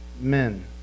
men